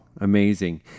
Amazing